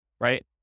right